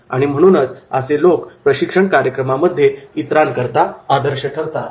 आणि म्हणूनच असे लोक प्रशिक्षण कार्यक्रमामध्ये इतरांकरिता आदर्श ठरतात